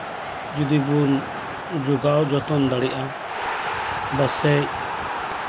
ᱡᱚᱫᱤ ᱵᱚᱱ ᱡᱚᱜᱟᱣ ᱡᱚᱛᱚᱱ ᱫᱟᱲᱮᱭᱟᱜᱼᱟ ᱯᱟᱥᱮᱡ